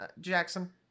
Jackson